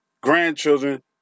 grandchildren